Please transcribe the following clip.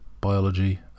biology